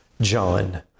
John